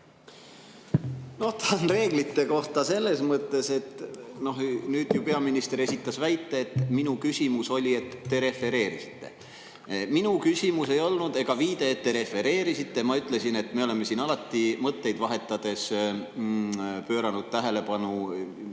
siis see … Reeglite kohta selles mõttes, et nüüd peaminister esitas väite, et minu küsimus oli, et "te refereerisite". Minu küsimus ega viide ei olnud, et "te refereerisite". Ma ütlesin, et me oleme siin alati mõtteid vahetades pööranud tähelepanu,